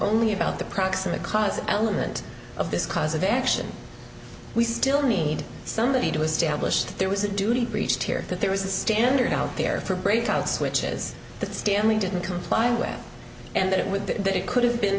only about the proximate cause element of this cause of action we still need somebody to establish that there was a duty reached here that there was a standard out there for break out switches that stanley didn't comply with and that it with the it could have been